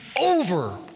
over